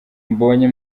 mbonye